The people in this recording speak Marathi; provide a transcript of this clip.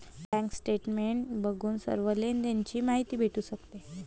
बँक स्टेटमेंट बघून सर्व लेनदेण ची माहिती भेटू शकते